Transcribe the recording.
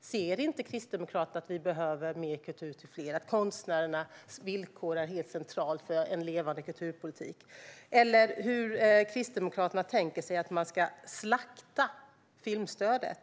Ser inte Kristdemokraterna att vi behöver mer kultur till fler och att konstnärernas villkor är helt centrala för en levande kulturpolitik? Vi borde också tala om att Kristdemokraterna vill slakta filmstödet.